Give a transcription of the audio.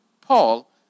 Paul